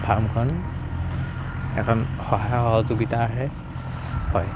ফাৰ্মখন এখন সহায় সহযোগিতাৰে হয়